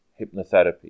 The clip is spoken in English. Hypnotherapy